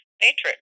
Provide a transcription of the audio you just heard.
matrix